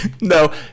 No